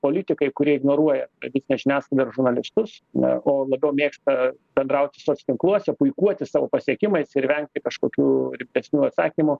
politikai kurie ignoruoja tradicinę žiniasklaidą ir žurnalistus na o labiau mėgsta bendrauti soc tinkluose puikuotis savo pasiekimais ir vengti kažkokių rimtesnių atsakymų